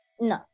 No